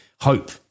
hope